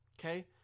okay